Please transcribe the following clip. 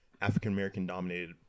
African-American-dominated